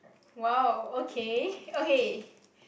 !wow! okay okay